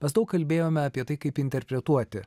mes daug kalbėjome apie tai kaip interpretuoti